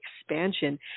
expansion